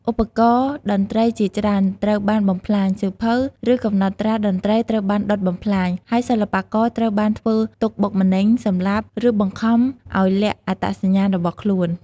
ឧបករណ៍តន្ត្រីជាច្រើនត្រូវបានបំផ្លាញ សៀវភៅ ឬកំណត់ត្រាតន្ត្រីត្រូវបានដុតបំផ្លាញ ហើយសិល្បករត្រូវបានធ្វើទុក្ខបុកម្នេញ សម្លាប់ ឬបង្ខំឱ្យលាក់អត្តសញ្ញាណរបស់ខ្លួន។